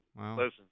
listen